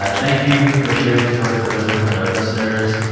ah thank you for sharing those words of wisdom with our listeners.